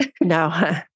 No